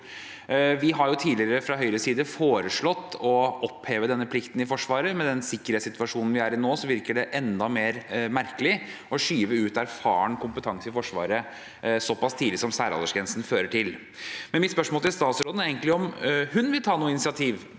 Vi har tidligere fra Høyres side foreslått å oppheve denne plikten i Forsvaret. Med den sikkerhetssituasjonen vi er i nå, virker det enda merkeligere å skyve ut erfaren kompetanse i Forsvaret såpass tidlig som særaldersgrensen fører til. Mitt spørsmål til statsråden er egentlig om hun vil ta noe initiativ